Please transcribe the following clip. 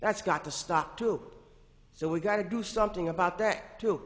that's got to stop too so we've got to do something about that too